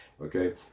Okay